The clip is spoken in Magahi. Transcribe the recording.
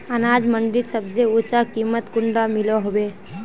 अनाज मंडीत सबसे ऊँचा कीमत कुंडा मिलोहो होबे?